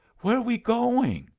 where're we going?